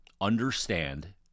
understand—